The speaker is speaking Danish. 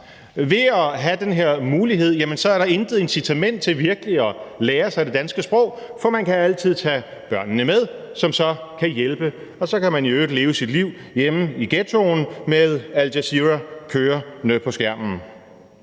ved at have den her mulighed er der intet incitament til virkelig at lære sig det danske sprog, for man kan altid tage børnene med, som så kan hjælpe, og så kan man i øvrigt leve sit liv hjemme i ghettoen med al-Jazeera kørende på skærmen.